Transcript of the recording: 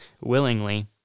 willingly